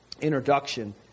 introduction